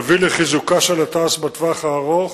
תביא לחיזוקה של תע"ש בטווח הארוך,